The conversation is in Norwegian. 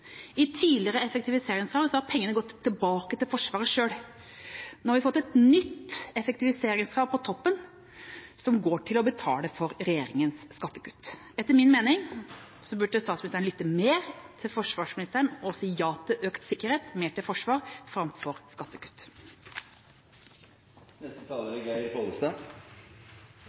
I tidligere effektiviseringskrav har pengene gått tilbake til Forsvaret selv. Nå har vi fått et nytt effektiviseringskrav på toppen som går til å betale for regjeringas skattekutt. Etter min mening burde statsministeren lytte mer til forsvarsministeren og si ja til økt sikkerhet – mer til forsvar framfor skattekutt.